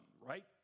right